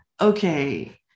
Okay